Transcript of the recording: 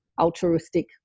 altruistic